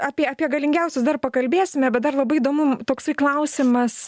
apie apie galingiausius dar pakalbėsime bet dar labai įdomu toksai klausimas